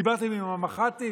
דיברתם עם המחט"ים,